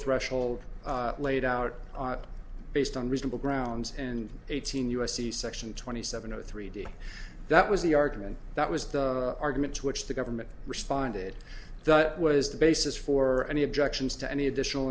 threshold laid out based on reasonable grounds and eighteen u s c section twenty seven zero three d that was the argument that was the argument to which the government responded that was the basis for any objections to any additional